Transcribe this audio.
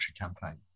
campaign